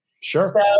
Sure